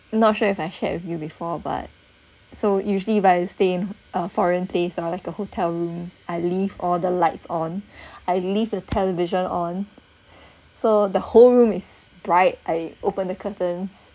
not sure if I shared with you before but so usually if I have to stay in uh foreign place or like a hotel room I leave all the lights on I leave the television on so the whole room is bright I open the curtains